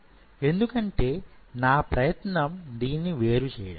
ఎందుకంటే నా ప్రయత్నం దీన్ని వేరు చేయడమే